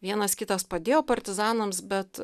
vienas kitas padėjo partizanams bet